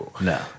No